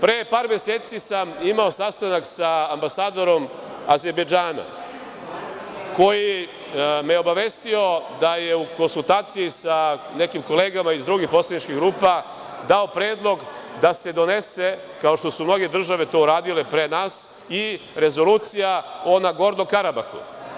Pre par meseci sam imao sastanak sa ambasadorom Azerbejdžana, koji me obavestio da je u konsultaciji sa nekim kolegama iz drugih poslaničkih grupa, dao predlog da se donese, kao što su mnoge države to uradile pre nas, i rezolucija o Nagorno Karabahu.